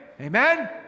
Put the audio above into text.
Amen